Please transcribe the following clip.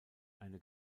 eine